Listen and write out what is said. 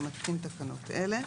אני מתקין תקנות אלה: